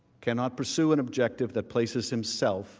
cannot pursue an objective that places himself